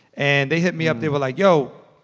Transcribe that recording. and they hit me up. they were like, yo,